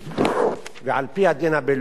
ועל-פי הדין הבין-לאומי כולן